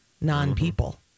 non-people